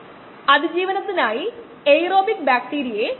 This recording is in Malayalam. അതിനാൽ അത് 1